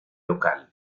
local